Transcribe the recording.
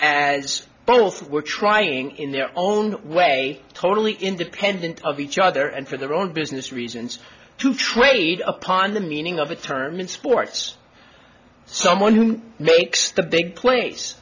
it's both were trying in their own way totally independent of each other and for their own business reasons to trade upon the meaning of a term in sports someone who makes the big pla